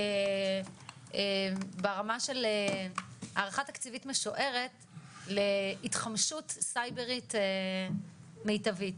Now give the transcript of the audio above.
ברמה של הערכה תקציבית משוערת להתחמשות סייברית מיטבית.